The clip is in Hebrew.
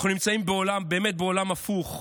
אנחנו נמצאים באמת בעולם הפוך.